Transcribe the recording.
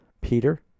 Peter